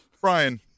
brian